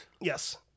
Yes